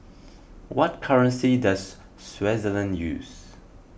what currency does Swaziland use